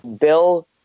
Bill